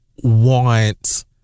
want